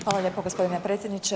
Hvala lijepo gospodine predsjedniče.